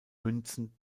münzen